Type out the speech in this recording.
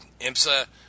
IMSA